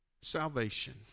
salvation